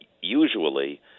usually